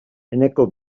eneko